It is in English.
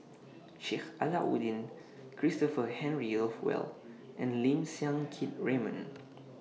Sheik Alau'ddin Christopher Henry Rothwell and Lim Siang Keat Raymond